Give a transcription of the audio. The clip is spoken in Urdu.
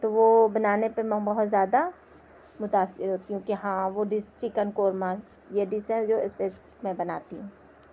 تو وہ بنانے پہ میں بہت زیادہ متاثر ہوتی ہوں کہ ہاں وہ ڈس چکن قورمہ یہ ڈس ہے جو اسپیسلی میں بناتی ہوں